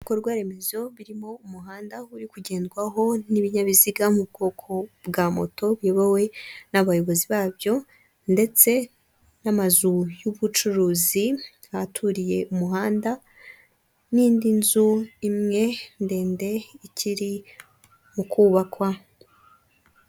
Ibikorwaremezo birimo umuhanda uri kugendwaho n'ibinyabiziga mu bwoko bwa moto biyobowe n'abayobozi babyo ndetse n'amazu y'ubucuruzi aturiye umuhanda n'indi nzu imwe ndende ikiri mu kubakwa.